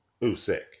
Usyk